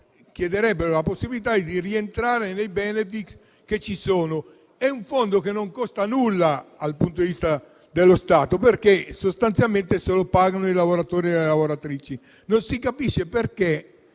chiederebbero la possibilità di rientrare nei *benefit* che ci sono. È un fondo che non costa nulla allo Stato, perché sostanzialmente se lo pagano i lavoratori e le lavoratrici. Non si capisce perché